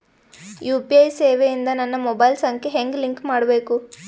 UPI ಸೇವೆ ಇಂದ ನನ್ನ ಮೊಬೈಲ್ ಸಂಖ್ಯೆ ಹೆಂಗ್ ಲಿಂಕ್ ಮಾಡಬೇಕು?